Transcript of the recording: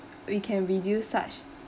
we can reduce such